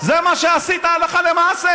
זה מה שעשית, הלכה למעשה.